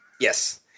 Yes